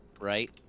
right